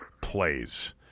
plays